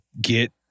get